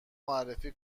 معرفی